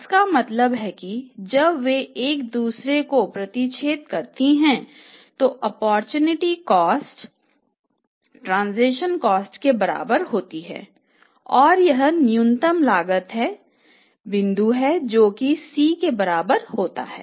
इसका मतलब है कि जब वे एक दूसरे को प्रतिच्छेद करती हैं तो ओप्पोरचुनिटी कॉस्ट के बराबर होती है और यह न्यूनतम लागत का बिंदु है जो कि C के बराबर होता है